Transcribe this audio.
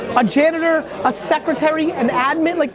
a janitor, a secretary, an admin, like